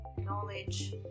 knowledge